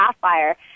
sapphire